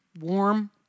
warm